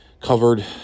covered